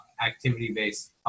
activity-based